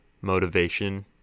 motivation